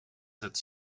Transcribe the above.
its